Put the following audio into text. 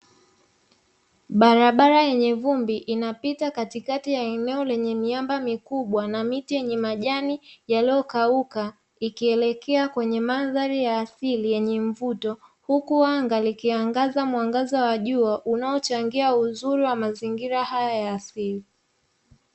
Barabara yenyw vumbi inapita katikati ya eneo lenye milima mikubwa na miti ya kijani na majani yaliyokauka ikielekea kwenye mandhari ya mvuto, huku anga likiangaza mwangaza wa jua unaochangia uzuri wa mazingira haya ya asili.